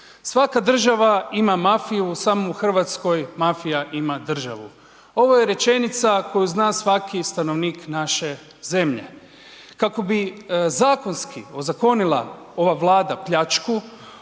Svaka država ima mafiju samo u Hrvatskoj mafija ima državu. Ovo je rečenica koju zna svaki stanovnik naše zemlje. Kako bi zakonski ozakonila ova Vlada pljačku